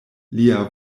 lia